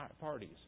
parties